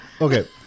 Okay